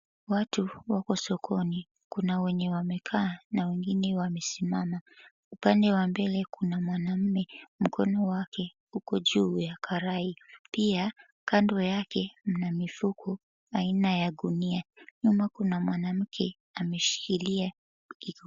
Watu wako sokoni kuna wenye wamekaa na wengine wamesimama. Upande wa mbele kuna mwanaume mkono wake uko juu ya karai, pia kando yakemna mifuko aina ya gunia. Nyuma kuna mwanamke ameshikilia kiuno.